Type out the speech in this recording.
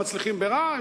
הם מצליחים ברע,